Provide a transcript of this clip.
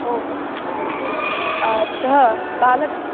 ओ हो सः बालक